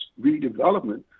redevelopment